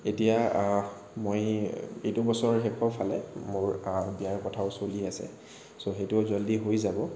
এতিয়া মই এইটো বছৰৰ শেষৰফালে মোৰ বিয়াৰ কথাও চলি আছে চ' সেইটোও জলদি হৈ যাব